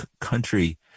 country